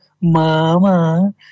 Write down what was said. mama